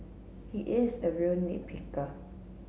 he is a real nit picker